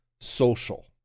social